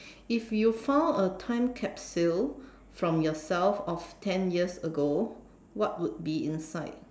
if you found a time capsule from yourself of ten years ago what would be inside